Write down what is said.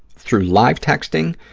through live texting,